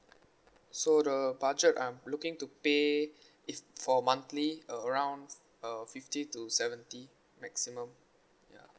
so the budget I'm looking to pay if for monthly uh around uh fifty to seventy maximum ya